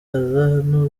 aza